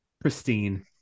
pristine